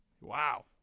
Wow